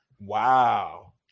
Wow